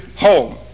home